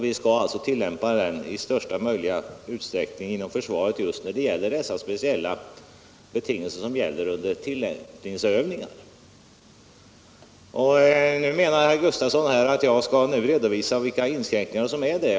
Vi skall alltså tillämpa den i största möjliga utsträckning inom försvaret just i fråga om de speciella betingelser som gäller under tillämpningsövningar. Herr Gustavsson vill att jag här skall redovisa vilka inskränkningar som förekommer.